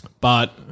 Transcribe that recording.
But-